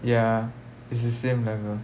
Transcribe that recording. ya it's the same level